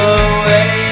away